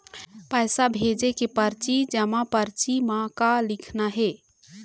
पैसा भेजे के परची जमा परची म का लिखना हे?